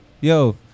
Yo